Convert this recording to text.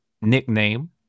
nickname